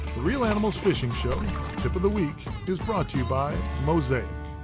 reel animals fishing show tip of the week is brought to you by mosaic.